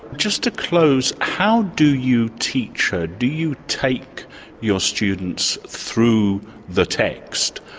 just to close, how do you teach her? do you take your students through the text,